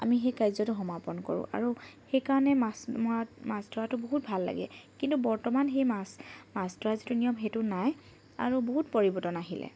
আমি সেই কাৰ্যটো সমাপন কৰোঁ আৰু সেইকাৰণে মাছ মৰা মাছ ধৰাতো বহুত ভাল লাগে কিন্তু বৰ্তমান সেই মাছ মাছ ধৰা যিটো নিয়ম সেইটো নাই আৰু বহুত পৰিৱৰ্তন আহিলে